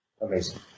Amazing